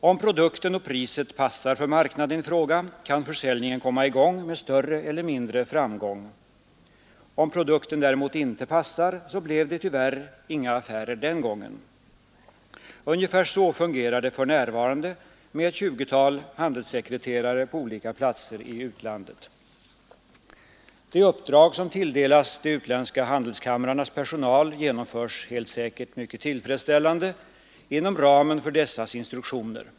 Om produkten och priset passar för marknaden i fråga kan försäljningen komma i gång med större eller mindre framgång. Om produkten däremot inte passar så blir det tyvärr inga affärer den gången. Ungefär så fungerar det för närvarande med ett 20-tal handelssekreterare på olika platser i utlandet. De uppdrag som tilldelas de utländska handelskamrarnas personal genomförs helt säkert mycket tillfredsställande inom ramen för dessas instruktioner.